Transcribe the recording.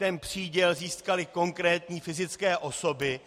Ten příděl získaly konkrétní fyzické osoby.